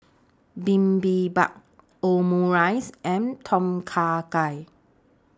Bibimbap Omurice and Tom Kha Gai